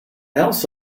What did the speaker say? else